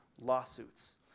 lawsuits